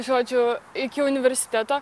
žodžiu iki universiteto